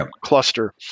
cluster